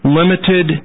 limited